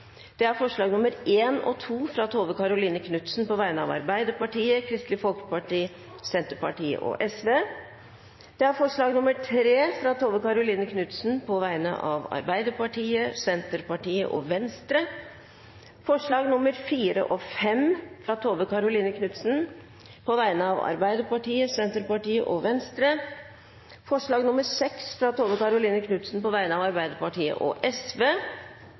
Det er forslagene nr. 1 og 2, fra Tove Karoline Knutsen på vegne av Arbeiderpartiet, Kristelig Folkeparti, Senterpartiet og Sosialistisk Venstreparti forslag nr. 3, fra Tove Karoline Knutsen på vegne av Arbeiderpartiet, Senterpartiet og Venstre forslagene nr. 4 og 5, fra Tove Karoline Knutsen på vegne av Arbeiderpartiet, Senterpartiet og Sosialistisk Venstreparti forslag nr. 6, fra Tove Karoline Knutsen på vegne av Arbeiderpartiet og